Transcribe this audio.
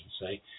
say